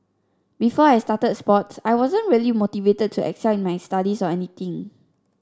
before I started sports I wasn't really motivated to excel in my studies or anything